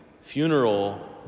funeral